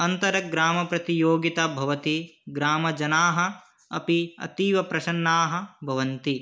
आन्तरग्रामप्रतियोगिता भवति ग्रामजनाः अपि अतीव प्रसन्नाः भवन्ति